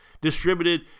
distributed